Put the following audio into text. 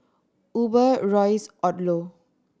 Uber Royce Odlo